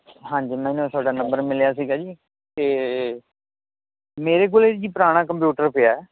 ਹਾਂਜੀ ਮੈਨੂੰ ਤੁਹਾਡਾ ਨੰਬਰ ਮਿਲਿਆ ਸੀਗਾ ਜੀ ਅਤੇ ਮੇਰੇ ਕੋਲੇ ਜੀ ਪੁਰਾਣਾ ਕੰਪਿਊਟਰ ਪਿਆ